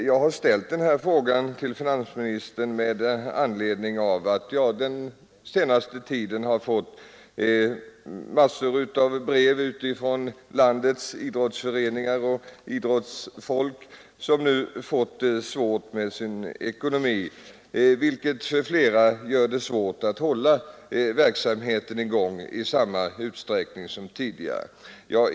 Jag har ställt min fråga till finansministern en av flytande bränsle därför att jag under den senaste tiden har fått en mängd brev från landets idrottsfolk och idrottsföreningar som nu har fått det svårt med sin ekonomi. Föreningarna har därför stora svårigheter med att hålla verksamheten i gång i samma utsträckning som tidigare.